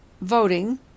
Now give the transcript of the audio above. voting